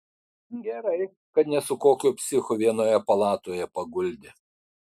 gerai kad ne su kokiu psichu vienoje palatoje paguldė